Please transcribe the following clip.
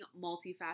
multifaceted